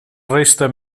resta